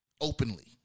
Openly